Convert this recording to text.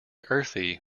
earthy